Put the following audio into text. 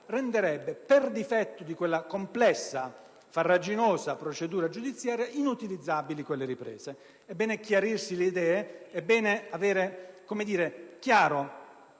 renderebbe, per difetto di quella complessa e farraginosa procedura giudiziaria, inutilizzabili tali riprese. È bene chiarirsi le idee, è bene aver chiaro